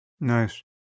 Nice